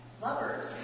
Lovers